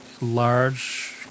large